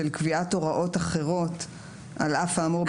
של קביעת הוראות אחרות על אף האמור בסעיפים האלה.